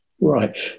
Right